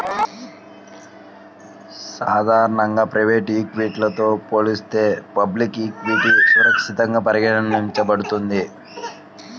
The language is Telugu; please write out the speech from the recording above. సాధారణంగా ప్రైవేట్ ఈక్విటీతో పోలిస్తే పబ్లిక్ ఈక్విటీ సురక్షితంగా పరిగణించబడుతుంది